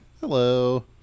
Hello